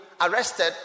arrested